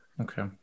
okay